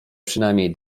przynajmniej